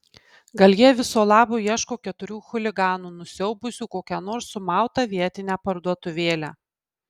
gal jie viso labo ieško keturių chuliganų nusiaubusių kokią nors sumautą vietinę parduotuvėlę